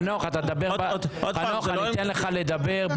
חנוך, אני אתן לך לדבר.